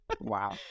Wow